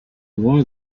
why